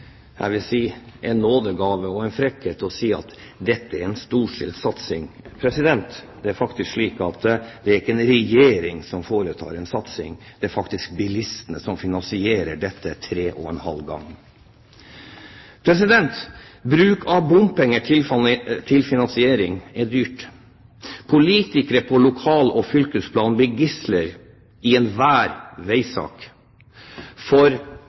jeg vil si – frekkhetens nådegave og sier at dette er en storstilt satsing. Det er slik at det er ikke en regjering som foretar en satsing, det er faktisk bilistene som finansierer dette, tre og en halv gang. Bruk av bompenger til finansiering er dyrt. Politikere på lokal- og fylkesplan blir gisler i enhver veisak, for